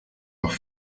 noch